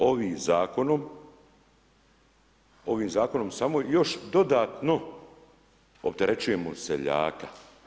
Ovim Zakonom samo još dodatno opterećujemo seljaka.